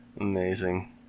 Amazing